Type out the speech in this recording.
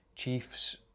Chiefs